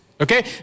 Okay